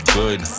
good